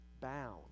bound